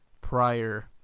prior